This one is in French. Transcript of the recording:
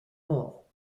morts